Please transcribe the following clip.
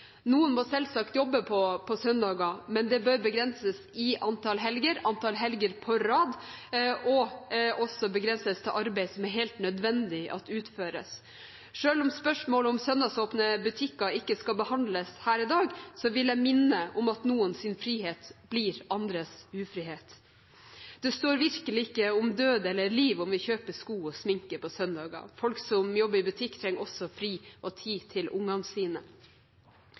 Noen må selvsagt jobbe på søndager, men det bør begrenses med hensyn til antall helger og antall helger på rad og også begrenses til arbeid som det er helt nødvendig at utføres. Selv om spørsmålet om søndagsåpne butikker ikke skal behandles her i dag, vil jeg minne om at noens frihet blir andres ufrihet. Det står virkelig ikke om liv og død å få kjøpe sko og sminke på søndager. Folk som jobber i butikk, trenger også fri og tid til ungene sine.